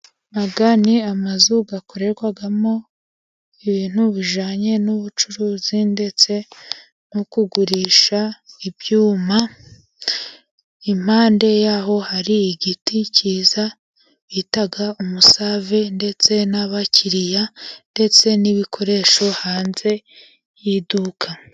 Aya ni amazu akorerwamo ibintu bijyanye n'ubucuruzi ndetse no kugurisha ibyuma. Impande yaho hari igiti kiza bita umusave, ndetse n'abakiriya, ndetse n'ibikoresho hanze y'iduka.